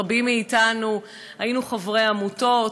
רבים מאתנו היינו חברי עמותות,